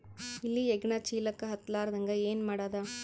ಇಲಿ ಹೆಗ್ಗಣ ಚೀಲಕ್ಕ ಹತ್ತ ಲಾರದಂಗ ಏನ ಮಾಡದ?